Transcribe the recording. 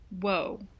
Whoa